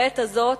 בעת הזאת,